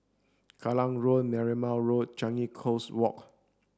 Kallang Road Marymount Road and Changi Coast Walk